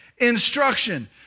instruction